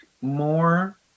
more